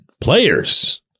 players